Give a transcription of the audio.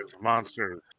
monsters